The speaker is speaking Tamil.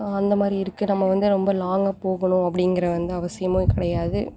அந்தமாதிரி இருக்குது நம்ம வந்து ரொம்ப லாங்காக போகணும் அப்படிங்கற வந்து அவசியமும் கிடையாது